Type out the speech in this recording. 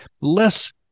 less